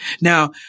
Now